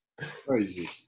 Crazy